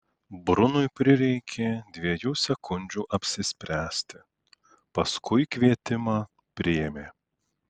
brunui prireikė dviejų sekundžių apsispręsti paskui kvietimą priėmė